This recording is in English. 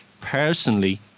personally